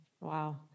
Wow